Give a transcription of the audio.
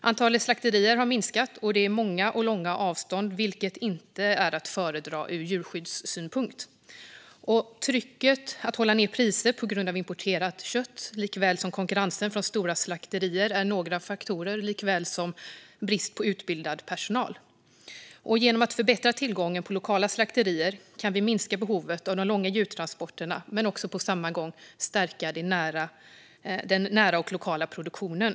Antalet slakterier har minskat, och det är långa avstånd, vilket inte är att föredra ur djurskyddssynpunkt. Trycket på att hålla ned priser på grund av importerat kött samt konkurrensen från stora slakterier är ett par faktorer. Dessutom är det brist på utbildad personal. Genom att förbättra tillgången på lokala slakterier kan vi minska behovet av långa djurtransporter och på samma gång stärka den nära och lokala produktionen.